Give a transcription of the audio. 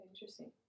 Interesting